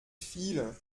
viele